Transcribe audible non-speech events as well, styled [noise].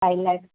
[unintelligible]